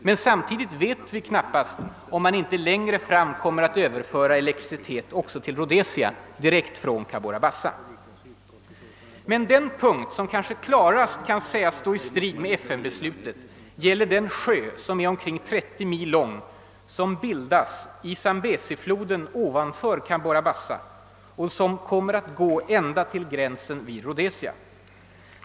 Men vi vet knappast, om man inte längre fram kommer att överföra elektricitet också till Rhodesia direkt från Cabora Bassa. Men den punkt som kanske kan stå i mest uppenbar strid med FN:s resolution gäller den sjö, omkring 30 mil lång, som skall bildas i Zambesifloden ovanför Cabora Bassa och som kommer att gå ända till gränsen vid Rhodesia.